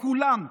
לכולם,